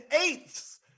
eighths